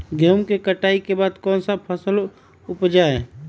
गेंहू के कटाई के बाद कौन सा फसल उप जाए?